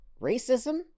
racism